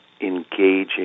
engaging